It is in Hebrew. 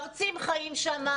מרצים חיים שם,